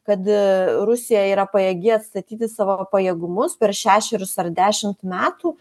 kad rusija yra pajėgi atstatyti savo pajėgumus per šešerius ar dešimt metų